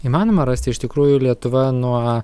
įmanoma rasti iš tikrųjų lietuva nuo